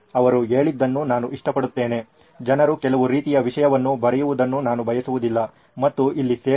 ಅವರು ಹೇಳಿದ್ದನ್ನು ನಾನು ಇಷ್ಟಪಡುತ್ತೇನೆ ಜನರು ಕೆಲವು ರೀತಿಯ ವಿಷಯವನ್ನು ಬರೆಯುವುದನ್ನು ನಾನು ಬಯಸುವುದಿಲ್ಲ ಮತ್ತು ಇಲ್ಲಿ ಸೇರಿಲ್ಲ